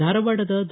ಧಾರವಾಡದ ದ